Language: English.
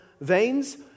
veins